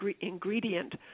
ingredient